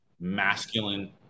masculine